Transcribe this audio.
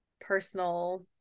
personal